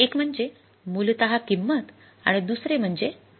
एक म्हणजे मूलतः किंमत आणि दुसरे म्हणजे प्रमाण